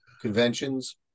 conventions